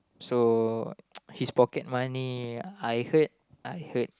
so his pocket money I heard I heard